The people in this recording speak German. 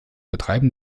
betreiben